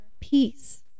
peace